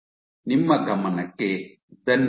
ನಿಮ್ಮ ಗಮನಕ್ಕೆ ಧನ್ಯವಾದಗಳು